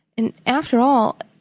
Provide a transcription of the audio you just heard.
and, after all,